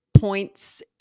points